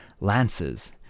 lances